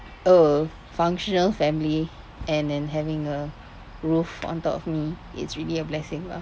a functional family and then having a roof on top of me is really a blessing lah